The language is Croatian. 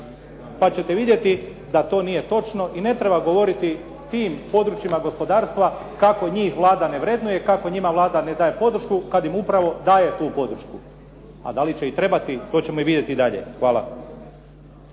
pa ćete vidjeti da to nije točno. I ne treba govoriti tim područjima gospodarstva kako njih Vlada ne vrednuje, kako njima Vlada ne daje podršku kad im upravo daje tu podršku. A da li će i trebati to ćemo i vidjeti dalje. Hvala.